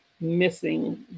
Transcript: missing